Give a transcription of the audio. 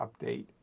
update